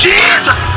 Jesus